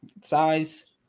size